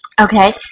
Okay